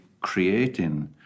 creating